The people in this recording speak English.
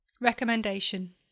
Recommendation